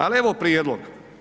Ali evo prijedloga.